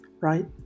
right